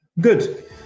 good